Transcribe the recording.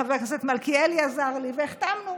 חבר הכנסת מלכיאלי עזר לי, והחתמנו.